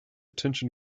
tension